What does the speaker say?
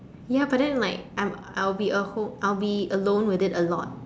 ya but then like I'm I'll be a home I'll be alone with it a lot